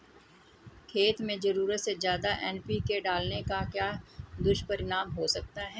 खेत में ज़रूरत से ज्यादा एन.पी.के डालने का क्या दुष्परिणाम हो सकता है?